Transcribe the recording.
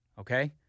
okay